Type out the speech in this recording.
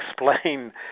explain